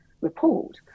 report